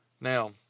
Now